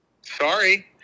Sorry